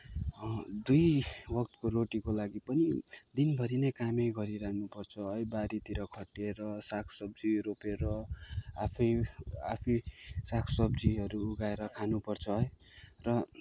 दुई वक्तको रोटीको लागि पनि दिनभरि नै कामै गरिरहनुपर्छ है बारीतिर खटिएर सागसब्जी रोपेर आफै आफै साग सब्जीहरू उगाएर खानुपर्छ है र